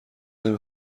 نمی